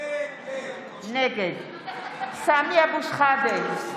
נגד סמי אבו שחאדה,